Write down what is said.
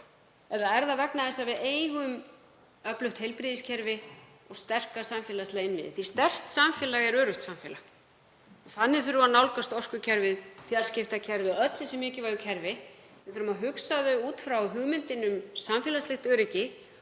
Eða er það vegna þess að við eigum öflugt heilbrigðiskerfi og sterka samfélagslega innviði? Sterkt samfélag er öruggt samfélag og þannig þurfum við að nálgast orkukerfið, fjarskiptakerfið, öll þessi mikilvægu kerfi. Við þurfum að hugsa þau út frá hugmyndinni um samfélagslegt öryggi.